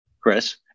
Chris